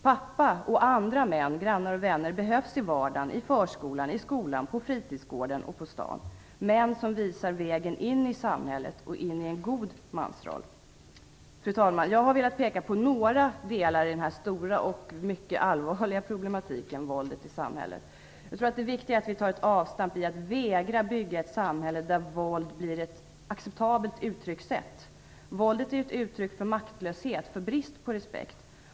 Pappor och andra män, grannar och vänner, behövs i vardagen, i förskolan, i skolan, på fritidsgården och på stan. Det behövs män som visar vägen in i samhället och in i en god mansroll. Fru talman! Jag har velat peka på några delar av denna stora och mycket allvarliga problematik: våldet i samhället. Jag tror att det är viktigt att vi tar ett avstamp så att vi vägrar att bygga ett samhälle där våld blir ett acceptabelt uttryckssätt. Våldet är ett uttryck för maktlöshet och brist på respekt.